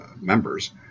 members